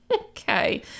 okay